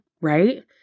right